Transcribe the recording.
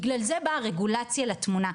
בגלל זה באה הרגולציה לתמונה,